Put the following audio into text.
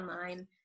online